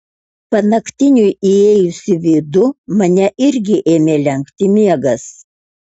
panaktiniui įėjus į vidų mane irgi ėmė lenkti miegas